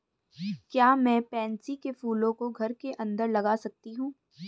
क्या मैं पैंसी कै फूलों को घर के अंदर लगा सकती हूं?